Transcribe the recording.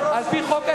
כי על-פי חוק ההסדרים,